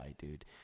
dude